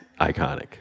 iconic